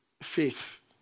faith